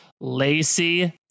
Lacey